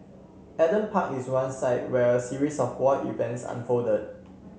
Adam Park is one site where a series of war events unfolded